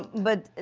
but